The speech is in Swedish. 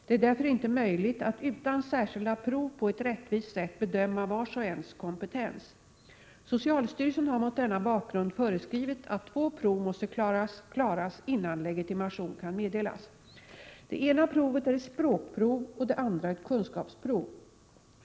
Det är därför inte möjligt att utan särskilda prov på ett rättvist sätt bedöma vars och ens kompetens. Socialstyrelsen har mot denna bakgrund föreskrivit att två prov måste klaras innan legitimation kan meddelas. Det ena provet är ett språkprov och det andra ett kunskapsprov.